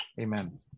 Amen